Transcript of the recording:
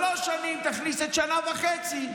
בעוד שלוש שנים תכניס את שנה וחצי.